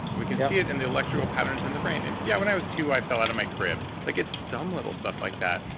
and we can see it in the electrical patterns in the brain. and yeah, when i was two, i fell out of my crib. like it's dumb little stuff like that.